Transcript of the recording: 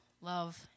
love